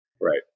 Right